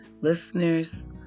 Listeners